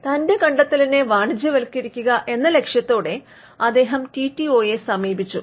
തന്റെ കണ്ടെത്തലിനെ വാണിജ്യവത്ക്കരിക്കുക എന്ന ലക്ഷ്യത്തോടെ അദ്ദേഹം ടിടിഒയെ സമീപിച്ചു